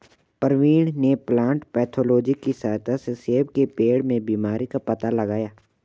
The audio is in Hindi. प्रवीण ने प्लांट पैथोलॉजी की सहायता से सेब के पेड़ में बीमारी का पता लगाया